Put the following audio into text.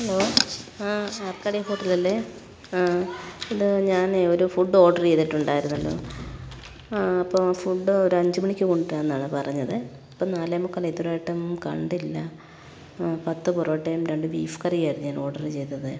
hello ആ ആർക്കാടി ഹോട്ടലല്ലേ ആ ഇത് ഞാനെ ഒരു ഫുഡ് ഓഡർ ചെയ്തിട്ടുണ്ടായിരുന്നല്ലോ ആ അപ്പോൾ ഫുഡ് ഒരു അഞ്ച് മണിക്ക് കൊണ്ടു വരാമെന്നാണ് പറഞ്ഞത് ഇപ്പോൾ നാലേ മുക്കാൽ ഇതുവരെയായിട്ടും കണ്ടില്ല പത്ത് പൊറോട്ടയും രണ്ട് ബീഫ് കറിയും ആയിരുന്നു ഞാൻ ഓഡർ ചെയ്തത്